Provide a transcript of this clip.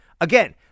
Again